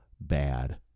bad